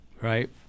Right